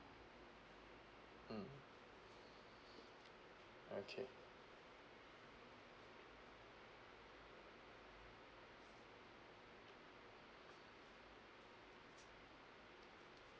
okay